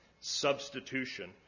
substitution